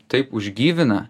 taip užgyvina